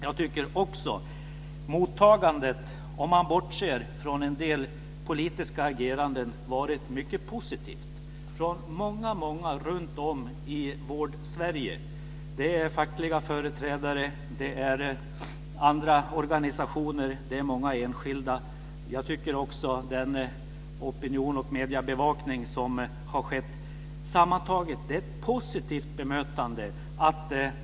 Jag tycker också att mottagandet, om man bortser från en del politiska ageranden, varit mycket positivt från många runtom i Vårdsverige - fackliga företrädare, olika organisationer och många enskilda. Också opinionen och mediebevakningen har varit positiv. Sammantaget har det varit ett positivt bemötande.